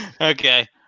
Okay